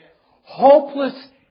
Hopeless